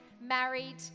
married